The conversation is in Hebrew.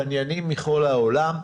קניינים מכל העולם,